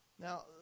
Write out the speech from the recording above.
Now